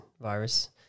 virus